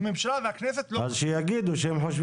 הממשלה והכנסת לא מסכימים.